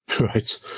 Right